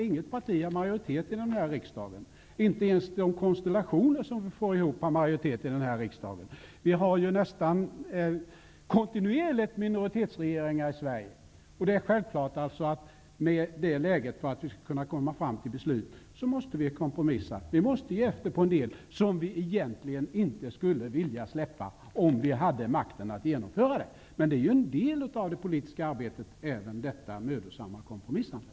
Inget parti har majoritet i riksdagen, inte ens konstellationer av partier. Vi har nästan kontinuerligt minoritetsregeringar i Sverige, och med det läget är det självklart att vi måste kompromissa för att komma fram till beslut. Vi måste ge efter i en del frågor som vi egentligen inte skulle släppa om vi hade makten att genomföra dem. Även detta mödosamma kompromissande är en del av det politiska arbetet.